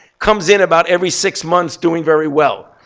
comes in about every six months, doing very well.